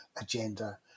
agenda